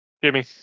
Jimmy